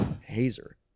Hazer